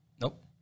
Nope